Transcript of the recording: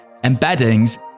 embeddings